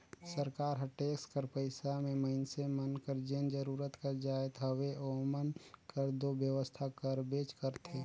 सरकार हर टेक्स कर पइसा में मइनसे मन कर जेन जरूरत कर जाएत हवे ओमन कर दो बेवसथा करबेच करथे